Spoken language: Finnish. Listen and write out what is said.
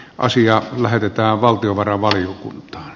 asia lähetetään valtiovarainvaliokuntaan